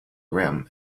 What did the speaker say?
rim